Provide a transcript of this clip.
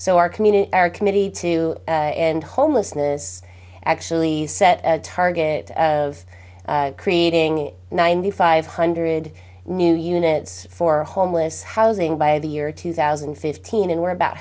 community our committee to end homelessness actually set a target of creating ninety five hundred new units for homeless housing by the year two thousand and fifteen and we're about